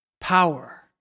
Power